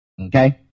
Okay